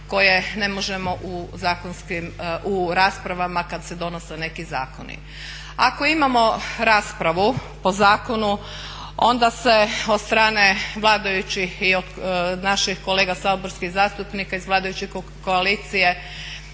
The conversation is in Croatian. koje ne možemo u raspravama kad se donose neki zakoni. Ako imamo raspravu po zakonu onda se od strane vladajućih i naših kolega saborskih zastupnika iz vladajuće koalicije